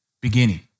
beginning